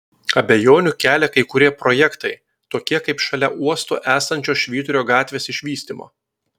abejonių kelia kai kurie projektai tokie kaip šalia uosto esančios švyturio gatvės išvystymo